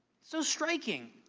so striking.